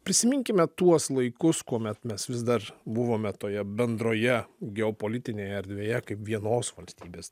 prisiminkime tuos laikus kuomet mes vis dar buvome toje bendroje geopolitinėje erdvėje kaip vienos valstybės